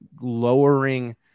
lowering